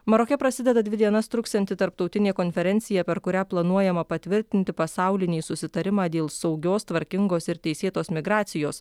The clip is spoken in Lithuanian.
maroke prasideda dvi dienas truksianti tarptautinė konferencija per kurią planuojama patvirtinti pasaulinį susitarimą dėl saugios tvarkingos ir teisėtos migracijos